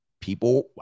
people